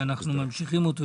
שאנחנו ממשיכים אותו.